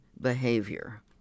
behavior